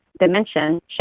dimension